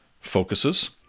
focuses